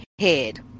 head